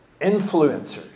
influencers